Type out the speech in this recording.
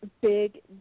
big